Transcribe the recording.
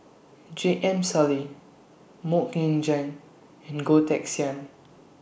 J M Sali Mok Ying Jang and Goh Teck Sian